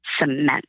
cement